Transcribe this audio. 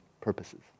purposes